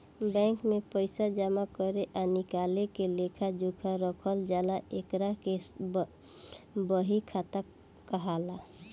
bank में पइसा जामा करे आ निकाले के लेखा जोखा रखल जाला एकरा के बही खाता कहाला